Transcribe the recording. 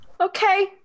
Okay